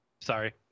sorry